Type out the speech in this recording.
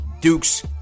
Duke's